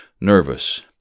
nervous